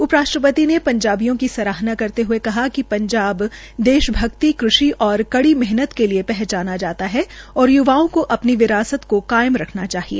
उप राष्ट्रपति ने पंजाबियों की सराहना करते हये कहा कि पंजाब कड़ी मेहनत देश भक्ति कृषि के लिये पहचाना जाता है और य्वाओं को अपनी विरासत को कायम रखना चाहिए